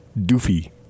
Doofy